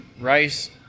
Rice –